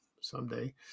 someday